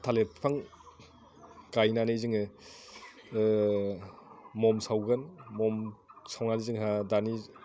थालिर बिफां गायनानै जोङो मम सावगोन मम सावनानै जोंहा दानि